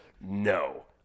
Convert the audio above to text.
no